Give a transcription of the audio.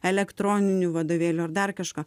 elektroninių vadovėlių ar dar kažko